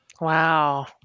Wow